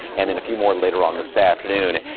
and then a few more later on this afternoon.